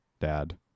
Dad